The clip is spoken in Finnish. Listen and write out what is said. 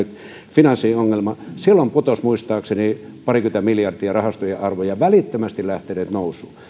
finanssiongelmat niin putosi muistaakseni parikymmentä miljardia rahastojen arvo ja siitä ne ovat välittömästi lähteneet nousuun